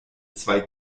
zwei